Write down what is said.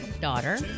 daughter